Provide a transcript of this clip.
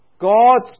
God's